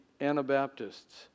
Anabaptists